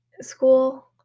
school